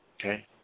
Okay